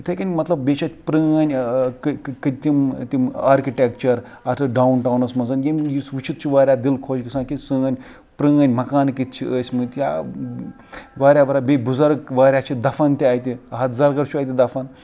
یِتھٕے کٕنۍ مَطلب بیٚیہِ چھِ اتہِ پرٲنۍ تِم تِم آرکِٹیکچَر اَتھ ڈاوُن ٹاوُنَس منٛز ییٚمۍ یُس وٕچھِتھ چھِ گَژھان واریاہ دِل خۄش گژھان کہِ سٲنۍ پرٲنۍ مَکانہٕ کِتھ چھِ ٲسۍ مٕتۍ یا واریاہ واریاہ بیٚیہِ بُزَرگ واریاہ چھِ دَفن تہِ اَتہِ اَحد زَرگر چھُ اتہِ دفَن